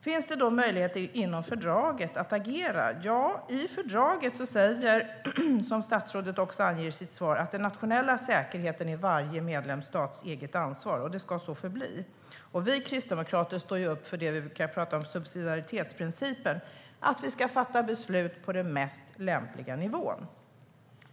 Finns det då möjligheter inom fördraget att agera? Ja, i fördraget står det, som statsrådet också anger i sitt svar, att den nationella säkerheten är varje medlemsstats eget ansvar och ska så förbli. Vi kristdemokrater står upp för det och för subsidiaritetsprincipen, att vi ska fatta beslut på den mest lämpliga nivån.